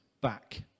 back